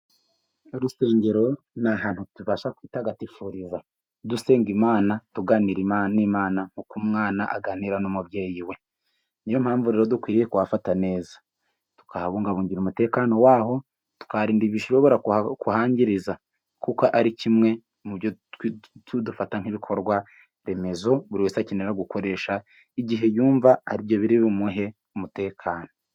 Urusengero ni ahantu tubasha kwitagatifuriza dusenga Imana, tuganira n'Imana nkuko umwana aganira n'umubyeyi we, niyo mpamvu rero dukwiye kufata neza tukahabungabungira umutekano waho tukaharinda, ibishobora kuhangiriza kuko ari kimwe mu byo dufata nk'ibikorwa remezo, buri wese akeneye no gukoresha igihe yumva aribyo biri bumuhe umutekano.